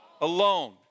Alone